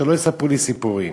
שלא יספרו לי סיפורים